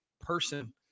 person